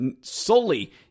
solely